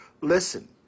Listen